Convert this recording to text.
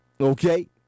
Okay